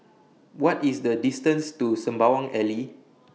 What IS The distance to Sembawang Alley